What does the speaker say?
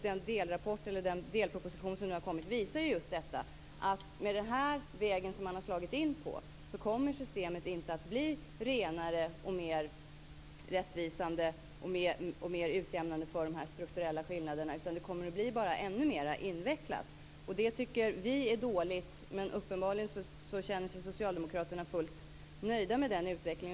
Den delproposition som nu har kommit visar just att med den väg man har slagit in på kommer systemet inte att bli renare, mer rättvisande och mer utjämnande för de strukturella skillnaderna, utan det kommer bara att bli ännu mer invecklat. Det tycker vi är dåligt. Men uppenbarligen känner sig socialdemokraterna fullt nöjda med den utvecklingen.